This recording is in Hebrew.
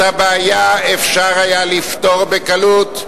את הבעיה אפשר היה לפתור בקלות,